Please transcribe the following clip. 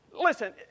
Listen